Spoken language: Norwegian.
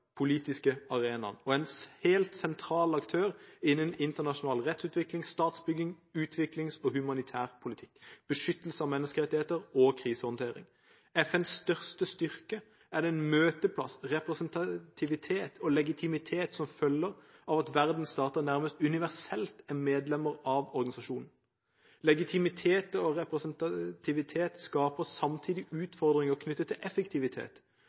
arenaen, og er en helt sentral aktør innen internasjonal rettsutvikling, statsbygging, utviklings- og humanitær politikk, beskyttelse av menneskerettigheter og krisehåndtering. FNs største styrke er den møteplass, representativitet og legitimitet som følger av at verdens stater nærmest universelt er medlemmer av organisasjonen. Legitimitet og representativitet skaper samtidig utfordringer knyttet til effektivitet,